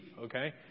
okay